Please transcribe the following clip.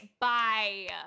bye